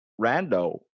rando